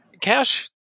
Cash